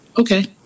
okay